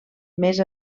més